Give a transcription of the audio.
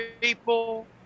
people